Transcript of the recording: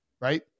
Right